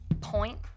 point